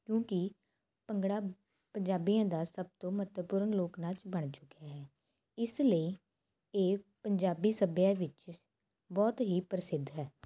ਕਿਉਂਕਿ ਭੰਗੜਾ ਪੰਜਾਬੀਆਂ ਦਾ ਸਭ ਤੋਂ ਮਹੱਤਵਪੂਰਨ ਲੋਕ ਨਾਚ ਬਣ ਚੁੱਕਿਆ ਹੈ ਇਸ ਲਈ ਇਹ ਪੰਜਾਬੀ ਸੱਭਿਆ ਵਿੱਚ ਬਹੁਤ ਹੀ ਪ੍ਰਸਿੱਧ ਹੈ